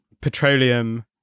petroleum